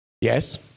Yes